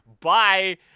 Bye